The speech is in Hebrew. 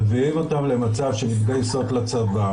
מביאים אותן למצב שהן מתגייסות לצבא,